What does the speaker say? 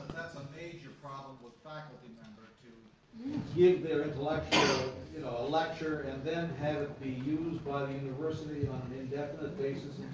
that's a major problem with faculty members to give their intellectual lecture and then have it be used by the university on an indefinite basis